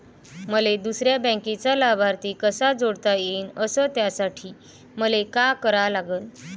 मले दुसऱ्या बँकेचा लाभार्थी कसा जोडता येईन, अस त्यासाठी मले का करा लागन?